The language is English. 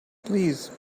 please